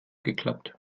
geklappt